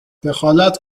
دخالت